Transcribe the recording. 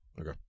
Okay